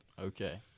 Okay